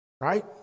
right